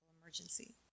emergency